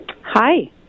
Hi